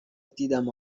دیدم